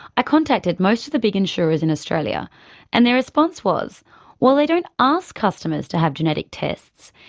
i contacted most of the big insurers in australia and their response was while they don't ask customers to have genetic tests,